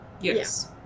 Yes